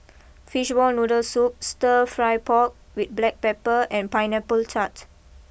Fishball Noodle Soup Stir Fry Pork with Black Pepper and Pineapple Tart